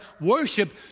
worship